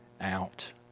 out